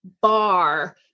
bar